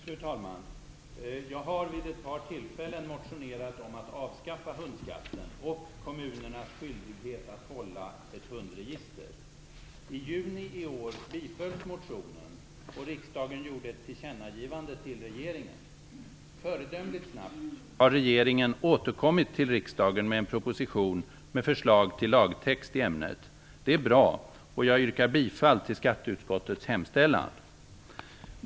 Fru talman! Jag har vid ett par tillfällen motionerat om att avskaffa hundskatten och kommunernas skyldighet att hålla ett hundregister. I juni i år bifölls motionen och riksdagen gjorde ett tillkännagivande till regeringen. Föredömligt snabbt har regeringen återkommit till riksdagen med en proposition med förslag till lagtext i ämnet. Det är bra och jag yrkar bifall till skatteutskottets hemställan.